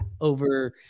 over